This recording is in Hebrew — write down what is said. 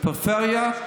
לפריפריה.